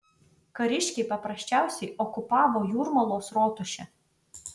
kariškiai paprasčiausiai okupavo jūrmalos rotušę